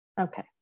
Okay